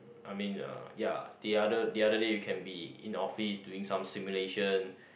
I mean uh ya the other the other day you can be in office doing some stimulation